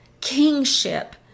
kingship